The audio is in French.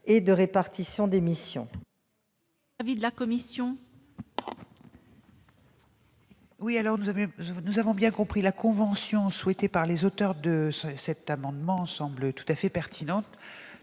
et de répartition des missions.